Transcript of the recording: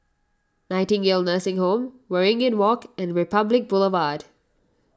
Nightingale Nursing Home Waringin Walk and Republic Boulevard